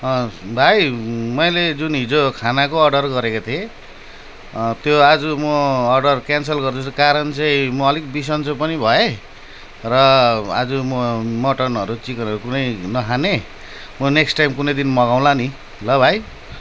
भाइले मैले जुन हिजो खानाको अर्डर गरेको थिएँ त्यो आज म अर्डर क्यान्सल गर्दैछु कारण चाहिँ म अलिक विसञ्चो पनि भएँ र आज म मटनहरू चिकनहरू कुनै नखाने म नेक्स्ट टाइम कुनै दिन मगाउँला नि ल भाइ